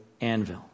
anvil